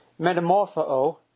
metamorpho